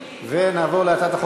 נתקבלה.